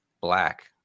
black